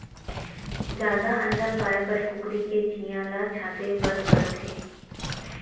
जादा अंडा पाए बर कुकरी के चियां ल छांटे बर परथे